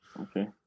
Okay